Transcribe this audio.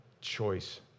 choice